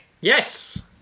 Yes